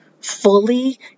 fully